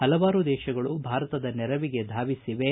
ಪಲವಾರು ದೇಶಗಳು ಭಾರತದ ನೆರವಿಗೆ ಧಾವಿಸಿವೆ